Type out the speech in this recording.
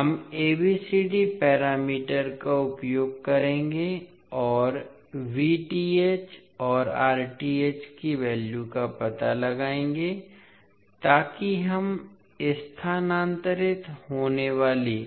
हम ABCD parameter का उपयोग करेंगे और और की वैल्यू का पता लगाएंगे ताकि हम स्थानांतरित होने वाली